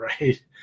right